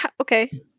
Okay